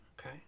okay